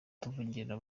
tuvugira